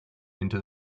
into